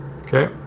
Okay